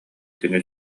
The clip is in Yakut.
кини